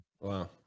Wow